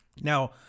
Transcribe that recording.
Now